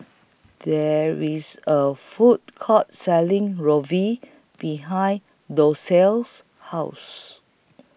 There IS A Food Court Selling Ravioli behind Docia's House